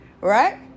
right